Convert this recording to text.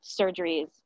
surgeries